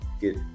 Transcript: get